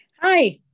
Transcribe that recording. Hi